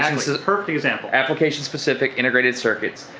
perfect example. application specific integrated circuits.